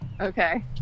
Okay